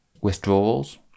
withdrawals